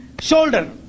shoulder